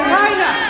China